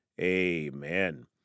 amen